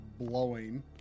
blowing